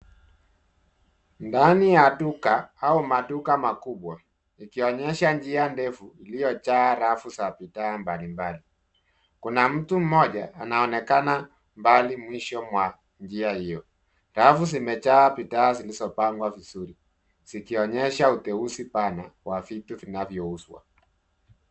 Ndani ya duka au maduka makubwa, ikionyesha njia ndefu iliojaa rafu za bidhaa mbalimbali. Kuna mtu mmoja anaonekana mbali mwisho mwa njia io. Rafu zimejaa bidhaa zilizopangwa vizuri, zikionyesha uteuzi pana wa vitu vinavyouzwa.